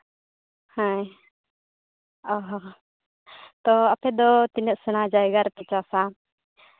ᱦᱮᱸ ᱚ ᱦᱚᱸ ᱛᱚ ᱟᱯᱮ ᱫᱚ ᱛᱤᱱᱟᱹᱜ ᱥᱮᱬᱟ ᱡᱟᱭᱜᱟ ᱨᱮᱯᱮ ᱪᱟᱥᱟ